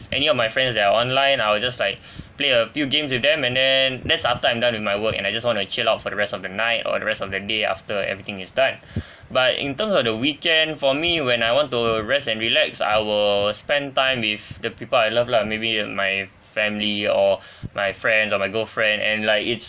any of my friends that are online I will just like play a few games with them and then that's after I'm done with my work and I just want to chill out for the rest of the night or the rest of the day after everything is done but in terms of the weekend for me when I want to rest and relax I will spend time with the people I love lah maybe with my family or my friends or my girlfriend and like it's